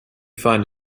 find